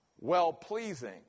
well-pleasing